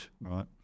right